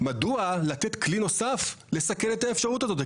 מדוע לתת כלי נוסף לסכל את האפשרות הזאת.